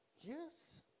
Yes